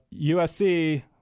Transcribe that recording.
USC